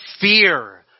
fear